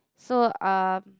so um